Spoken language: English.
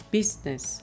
Business